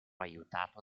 aiutato